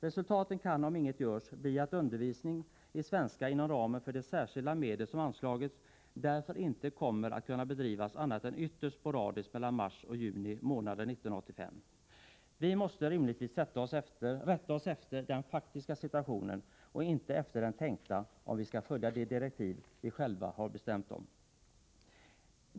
Resultaten kan, om inget görs, bli att undervisning i svenska inom ramen för de särskilda medel som anslagits därför inte kommer att kunna bedrivas annat än ytterst sporadiskt mellan mars och juni 1985. Vi måste rimligtvis rätta oss efter den faktiska situationen och inte efter den tänkta, om vi skall följa de direktiv vi själva beslutat om.